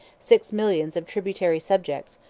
six millions of tributary subjects,